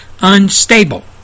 unstable